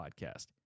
podcast